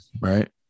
right